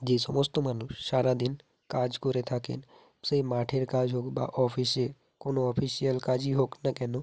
যে সমস্ত মানুষ সারা দিন কাজ করে থাকেন সেই মাঠের কাজ হোক বা অফিসে কোনো অফিসিয়াল কাজই হোক না কেন